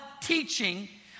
teaching